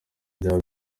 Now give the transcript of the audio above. byaba